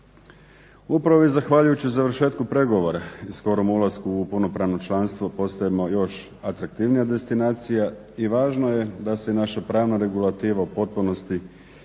Upravo i zahvaljujući završetku pregovora i skorom ulasku u punopravno članstvo postajemo još atraktivnija destinacija, i važno je da se naša pravna regulativa u potpunosti